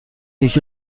یکی